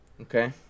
Okay